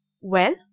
Well